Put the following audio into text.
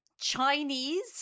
Chinese